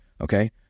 okay